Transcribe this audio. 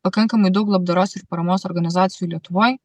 pakankamai daug labdaros ir paramos organizacijų lietuvoj